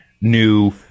new